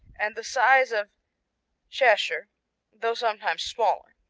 and the size of cheshire though sometimes smaller.